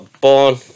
born